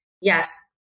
Yes